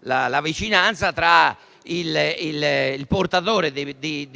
la vicinanza tra il portatore di